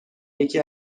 یکی